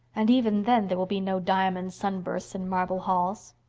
and even then there will be no diamond sunbursts and marble halls.